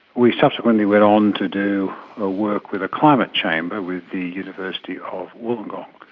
we subsequently went on to do a work with a climate chamber with the university of wollongong.